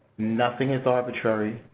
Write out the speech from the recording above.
nothing is arbitrary,